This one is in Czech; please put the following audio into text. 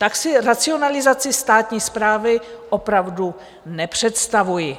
Tak si racionalizaci státní správy opravdu nepředstavuji.